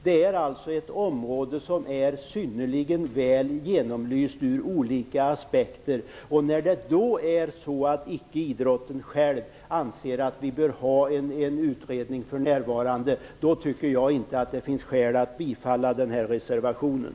Det är alltså ett område som är synnerligen väl genomlyst ur olika aspekter. När man inom idrotten icke själv anser att vi bör ha en utredning för närvarande, tycker jag inte att det finns skäl att bifalla den här reservationen.